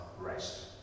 rest